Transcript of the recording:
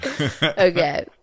Okay